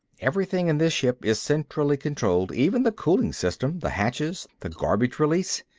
everything in this ship is centrally controlled, even the cooling system, the hatches, the garbage release.